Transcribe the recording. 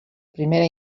primera